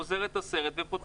גוזר את הסרט ופותח מחלף.